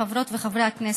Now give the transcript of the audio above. חברות וחברי הכנסת,